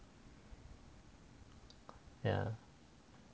yeah